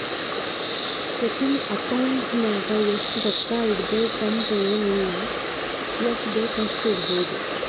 checking account ನಾಗ್ ಇಷ್ಟೇ ರೊಕ್ಕಾ ಇಡಬೇಕು ಅಂತ ಎನ್ ಇಲ್ಲ ಎಷ್ಟಬೇಕ್ ಅಷ್ಟು ಇಡ್ಬೋದ್